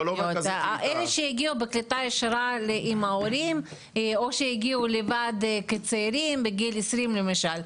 אלה שהגיעו בקליטה ישירה עם ההורים או שהגיעו לבד כצעירים בגיל 20 למשל.